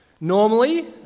normally